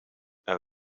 een